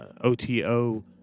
OTO